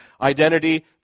identity